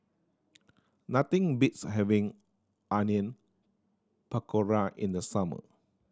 nothing beats having Onion Pakora in the summer